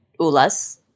Ulas